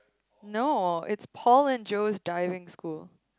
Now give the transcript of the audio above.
no it's Paul and Joe's Diving School